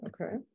Okay